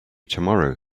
tomorrow